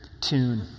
tune